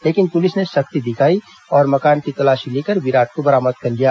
लेकिन पुलिस ने सख्ती दिखाई और मकान की तलाशी लेकर विराट को बरामद कर लिया